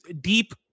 deep